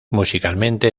musicalmente